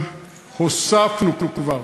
אדוני